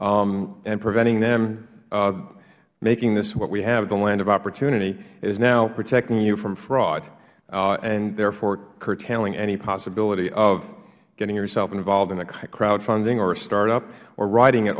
and preventing them making this what we have the land of opportunity is now protecting you from fraud and therefore curtailing any possibility of getting yourself involved in a crowdfunding or a startup or riding it